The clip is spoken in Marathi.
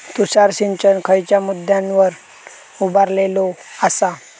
तुषार सिंचन खयच्या मुद्द्यांवर उभारलेलो आसा?